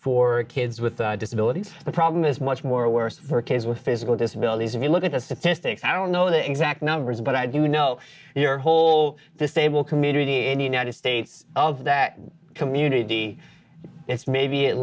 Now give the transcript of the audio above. for kids with disabilities the problem is much more worse for kids with physical disabilities if you look at the statistics i don't know the exact numbers but i do know your whole disabled community and united states of the that community it's maybe it